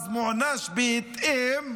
אז מוענש בהתאם,